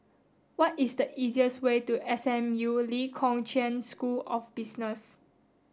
what is the easiest way to S M U Lee Kong Chian School of Business